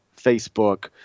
Facebook